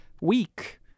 weak